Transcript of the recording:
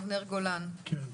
אבנר גולן,